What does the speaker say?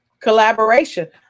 Collaboration